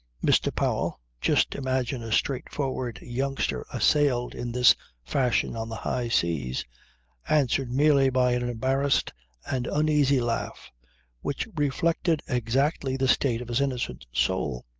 mr. powell just imagine a straightforward youngster assailed in this fashion on the high seas answered merely by an embarrassed and uneasy laugh which reflected exactly the state of his innocent soul.